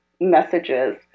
messages